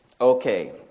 Okay